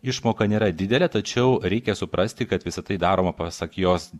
išmoka nėra didelė tačiau reikia suprasti kad visa tai daroma pasak jos